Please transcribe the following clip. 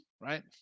right